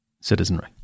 citizenry